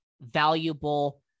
valuable